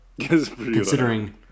considering